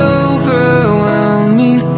overwhelming